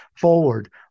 forward